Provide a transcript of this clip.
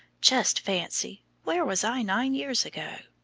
just fancy! where was i nine years ago?